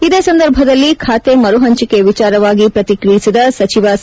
ಇದೇ ಸಂದರ್ಭದಲ್ಲಿ ಖಾತೆ ಮರುಹಂಚಿಕೆ ವಿಚಾರವಾಗಿ ಪ್ರತಿಕ್ರಿಯಿಸಿದ ಸಚಿವ ಸಿ